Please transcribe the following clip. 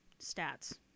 stats